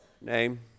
name